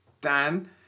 Dan